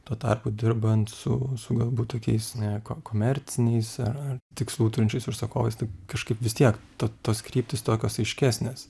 tuo tarpu dirbant su su galbūt tokiais na k komerciniais ar ar tikslų turinčiais užsakovais tai kažkaip vis tiek to tos kryptys tokios aiškesnės